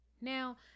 Now